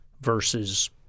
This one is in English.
versus